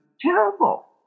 terrible